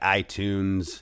iTunes